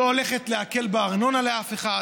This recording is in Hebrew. לא הולכת להקל בארנונה על אף אחד.